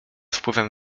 wpływem